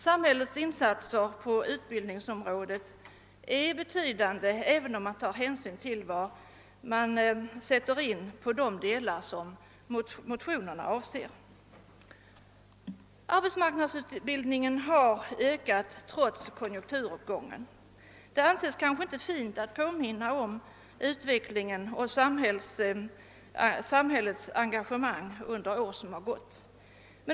Samhällets insatser beträffande utbildning är betydande även med tanke på det område som avses i motionerna. Arbetsmarknadsutbildningen har ökat trots konjunkturuppgången. Det anses kanske inte fint att påminna om samhällets engagemang under de år som gått.